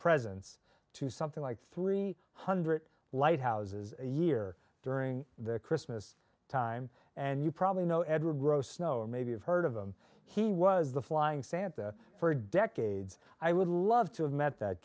presents to something like three hundred lighthouses a year during the christmas time and you probably know edward rowe snow or maybe you've heard of them he was the flying santa for decades i would love to have met that